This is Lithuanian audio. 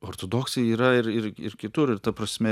ortodoksai yra ir ir ir kitur ir ta prasme